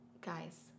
guys